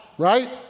right